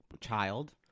child